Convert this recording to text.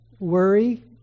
worry